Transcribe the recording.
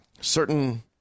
Certain